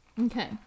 Okay